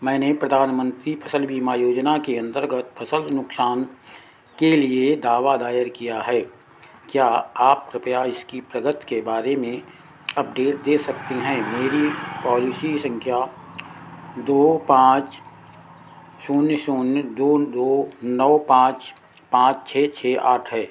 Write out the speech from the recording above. मैंने प्रधानमंत्री फसल बीमा योजना के अंतर्गत फसल नुक़सान के लिए दावा दायर किया है क्या आप कृप्या इसकी प्रगति के बारे में अपडेट दे सकते हैं मेरी पॉलिसी संख्या दो पाँच शून्य शून्य दो दो नौ पाँच पाँच छः छः आठ है